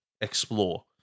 explore